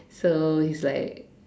so he is like